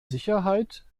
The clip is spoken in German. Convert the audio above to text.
sicherheit